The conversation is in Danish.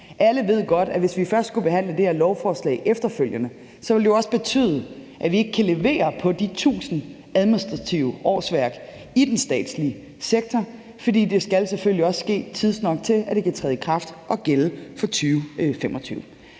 Alle ved godt, at hvis vi først skulle behandle det her lovforslag efterfølgende, ville det jo også betyde, at vi ikke kan levere på de 1.000 administrative årsværk i den statslige sektor, fordi det selvfølgelig også skal ske tidsnok til, at det kan træde i kraft og gælde fra 2025.